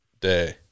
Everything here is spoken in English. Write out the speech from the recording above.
day